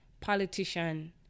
politician